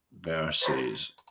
versus